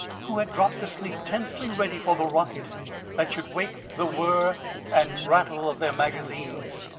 who had dropped asleep tensely ready for the rocket that should wake the whirr and rattle of their magazines.